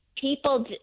people